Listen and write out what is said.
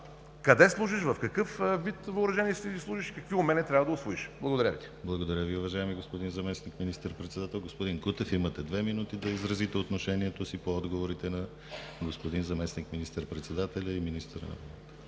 къде служиш, в какъв вид въоръжени сили служиш и какви умения трябва да усвоиш. Благодаря. ПРЕДСЕДАТЕЛ ДИМИТЪР ГЛАВЧЕВ: Благодаря Ви, уважаеми господин Заместник-министър председател. Господин Кутев, имате две минути, за да изразите отношението си по отговорите на господин заместник-министър председателя и министър на отбраната.